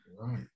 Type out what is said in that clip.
Right